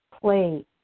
Play